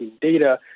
data